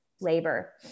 labor